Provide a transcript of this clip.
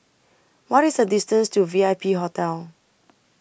What IS The distance to V I P Hotel